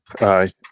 Aye